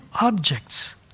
objects